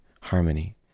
harmony